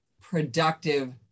productive